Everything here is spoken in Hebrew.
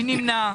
מי נמנע?